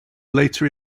later